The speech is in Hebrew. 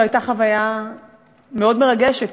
זו הייתה חוויה מאוד מרגשת,